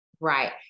Right